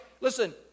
Listen